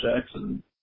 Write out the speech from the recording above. Jackson